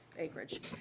acreage